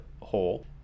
hole